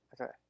okay